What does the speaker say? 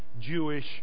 Jewish